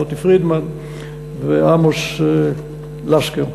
מוטי פרידמן ועמוס לסקר.